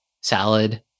salad